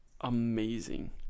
amazing